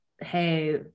hey